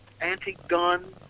anti-gun